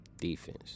Defense